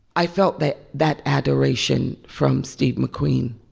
i felt that that adoration from steve mcqueen.